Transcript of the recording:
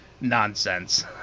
nonsense